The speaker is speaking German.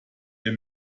der